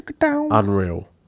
Unreal